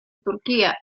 turquía